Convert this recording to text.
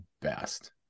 best